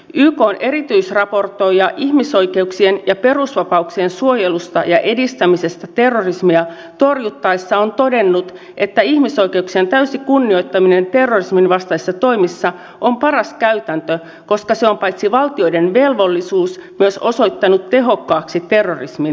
ykn erityisraportoija ihmisoikeuksien ja perusvapauksien suojelusta ja edistämisestä terrorismia torjuttaessa on todennut että ihmisoikeuksien täysi kunnioittaminen terrorisminvastaisissa toimissa on paras käytäntö koska se on paitsi valtioiden velvollisuus myös osoittautunut tehokkaaksi terrorismin torjunnassa